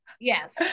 Yes